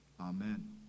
Amen